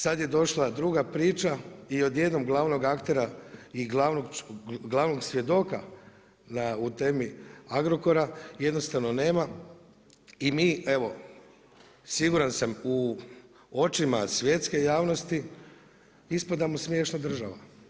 Sad je došla druga priča i odjednom glavnog aktera i glavnog svjedoka u temi Agrokora jednostavno nema i mi evo siguran sam u očima svjetske javnosti ispadamo smiješna država.